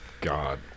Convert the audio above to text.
God